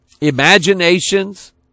Imaginations